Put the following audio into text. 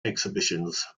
exhibitions